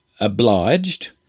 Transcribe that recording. obliged